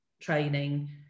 training